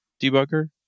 debugger